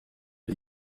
les